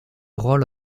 rôle